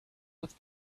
with